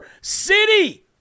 City